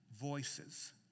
voices